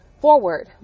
forward